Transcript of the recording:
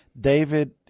David